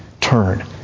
turn